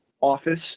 office